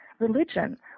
religion